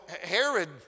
Herod